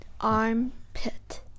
Armpit